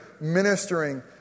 ministering